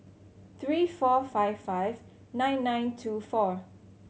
three four five five nine nine two four